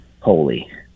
holy